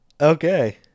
Okay